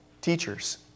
teachers